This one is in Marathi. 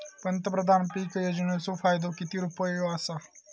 पंतप्रधान पीक योजनेचो फायदो किती रुपये आसा?